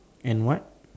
and what